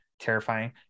terrifying